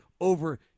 over